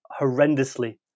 horrendously